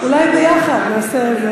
אולי ביחד נעשה.